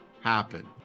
happen